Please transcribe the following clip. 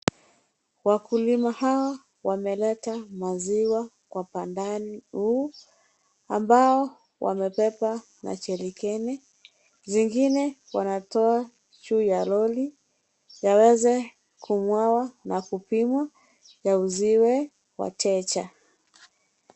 Wakulima hawa wameleta maziwa kwa mpadani huu ambao wamebeba majerikeni zingine wanatoa juu ya lori yaweza kumwagwa na kupimwa yauziwe wateja.